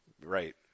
right